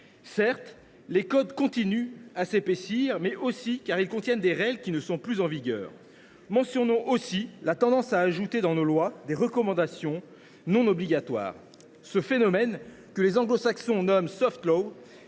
certes, les codes continuent à s’épaissir, mais c’est aussi parce qu’ils contiennent des règles qui ne sont plus en vigueur. Mentionnons également la tendance à ajouter dans les lois des recommandations non obligatoires. Ce phénomène, que les Anglo Saxons nomment, vient lui